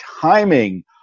timing